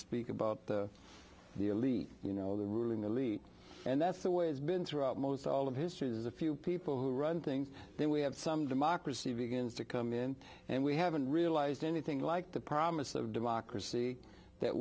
speak about the elite you know the ruling elite and that's the way it's been throughout most all of history is a few people who run things then we have some democracy begins to come in and we haven't realised anything like the promise of democracy that